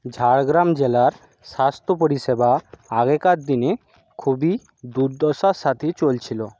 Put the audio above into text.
ঝাড়গ্রাম জেলার স্বাস্থ্য পরিষেবা আগেকার দিনে খুবই দুর্দশার সাথে চলছিলো